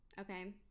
okay